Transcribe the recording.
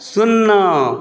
शुन्ना